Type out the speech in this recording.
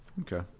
Okay